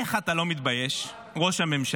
איך אתה לא מתבייש, ראש הממשלה,